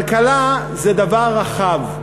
כלכלה זה דבר רחב,